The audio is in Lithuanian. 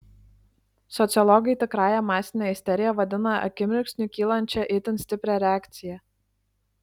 sociologai tikrąja masine isterija vadina akimirksniu kylančią itin stiprią reakciją